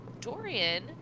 Dorian